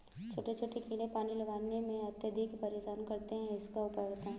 छोटे छोटे कीड़े पानी लगाने में अत्याधिक परेशान करते हैं इनका उपाय बताएं?